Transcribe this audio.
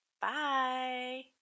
Bye